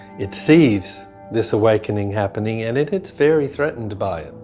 it sees this awakening happening and its very threatened by